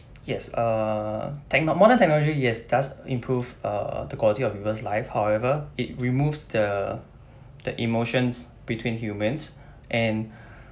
yes uh tech~ modern technology yes does improve uh the quality of people's life however it removes the the emotions between humans and